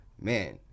man